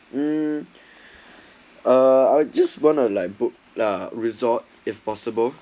um uh I just wanna like book lah resort if possible